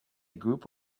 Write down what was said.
group